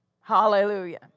Hallelujah